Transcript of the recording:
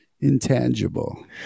intangible